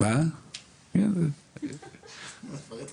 כן תציגי